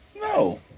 No